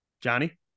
Johnny